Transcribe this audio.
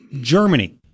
Germany